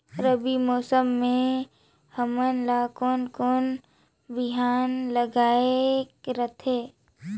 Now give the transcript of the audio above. रबी मौसम मे हमन ला कोन कोन बिहान लगायेक रथे?